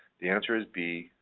the answer is b.